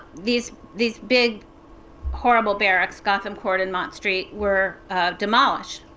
these these big horrible barracks, gotham court and mott street, were demolished.